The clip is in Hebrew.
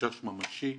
חשש ממשי,